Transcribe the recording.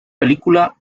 película